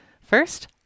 First